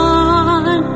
on